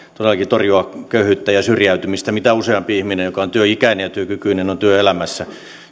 todellakin torjua köyhyyttä ja syrjäytymistä mitä useampi ihminen joka on työikäinen ja työkykyinen on työelämässä